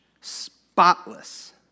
spotless